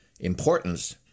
Importance